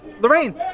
Lorraine